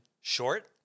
short